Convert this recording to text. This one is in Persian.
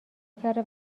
کرده